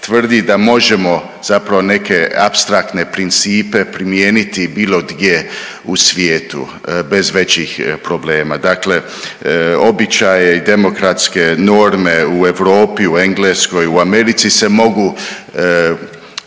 tvrdi da možemo zapravo neke apstraktne principe primijeniti bilo gdje u svijetu bez većih problema. Dakle, obijače i demokratske norme u Europi u Engleskoj u Americi se mogu